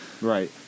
Right